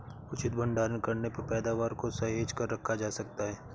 उचित भंडारण करने पर पैदावार को सहेज कर रखा जा सकता है